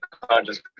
conscious